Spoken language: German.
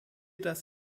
das